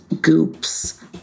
goops